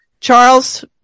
Charles